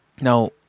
Now